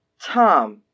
Tom